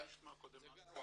זה גרוע.